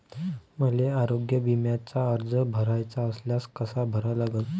मले आरोग्य बिम्याचा अर्ज भराचा असल्यास कसा भरा लागन?